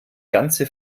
ganze